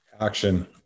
Action